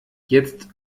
jetzt